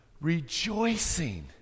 Rejoicing